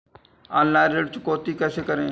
Online ऋण चुकौती कैसे करें?